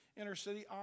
inner-city